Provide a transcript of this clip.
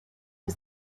was